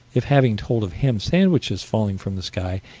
if having told of ham sandwiches falling from the sky,